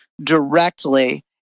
directly